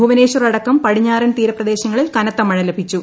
ഭൂവനേശ്വർ അടക്കം പടിഞ്ഞാറൻ തീരപ്രദേശങ്ങളിൽ ക്നത്ത മഴ ലഭിച്ചു